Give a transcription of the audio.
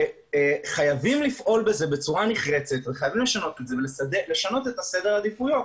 חייבים לפעול בזה בצורה נחרצת ולשנות את סדר העדיפויות.